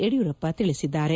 ಯಡಿಯೂರಪ್ಪ ತಿಳಿಸಿದ್ದಾರೆ